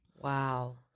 Wow